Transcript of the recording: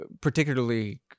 particularly